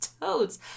toads